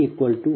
p